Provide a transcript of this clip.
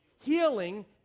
Healing